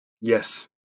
Yes